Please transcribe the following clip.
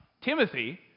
Timothy